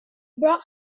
brought